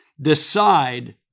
decide